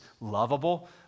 lovable